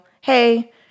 Hey